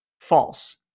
False